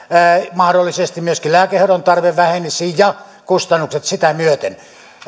mahdollisesti myöskin lääkehoidon tarve vähenisi ja kustannukset sitä myöten